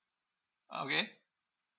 okay